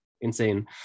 insane